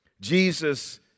Jesus